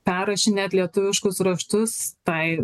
perrašinėt lietuviškus raštus tai